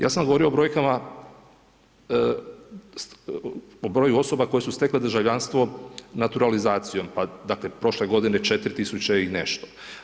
Ja sam govorio o brojkama, o broju osoba koje su stekle državljanstvo naturalizacijom, pa dakle prošle godine 4000 i nešto.